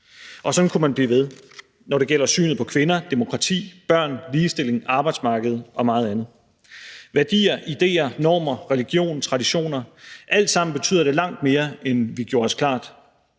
Og sådan kunne man blive ved, når det gælder synet på kvinder, demokrati, børn, ligestilling, arbejdsmarkedet og meget andet. Værdier, idéer, normer, religion, traditioner – alt sammen betyder det langt mere, end vi gjorde os klart.